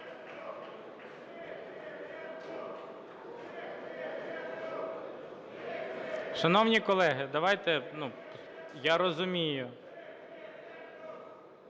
Шановні колеги, давайте, ну… Я розумію.